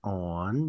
on